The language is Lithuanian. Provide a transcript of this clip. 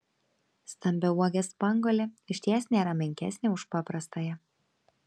stambiauogė spanguolė išties nėra menkesnė už paprastąją